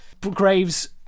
Graves